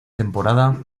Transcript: temporada